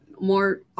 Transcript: more